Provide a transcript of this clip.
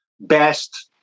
best